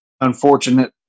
unfortunate